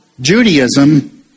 Judaism